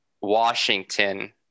Washington